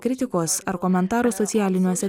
kritikos ar komentarų socialiniuose